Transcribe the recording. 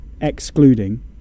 excluding